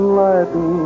lighten